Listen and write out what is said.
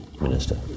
Minister